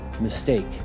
mistake